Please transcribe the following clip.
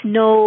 no